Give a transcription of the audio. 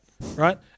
Right